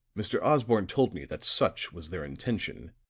mr. osborne told me that such was their intention,